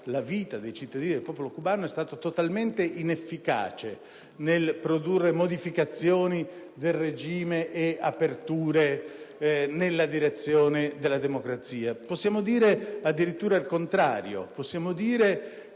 la vita dei cittadini del popolo cubano è stato totalmente inefficace nel produrre modificazioni del regime e aperture nella direzione della democrazia. Possiamo dire addirittura il contrario, che